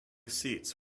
seats